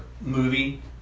movie